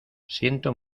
siento